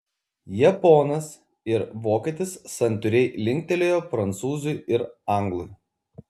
japonas ir vokietis santūriai linktelėjo prancūzui ir anglui